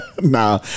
Nah